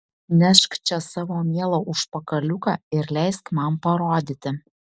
nešk čia savo mielą užpakaliuką ir leisk man parodyti